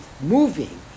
moving